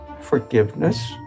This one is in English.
forgiveness